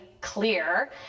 clear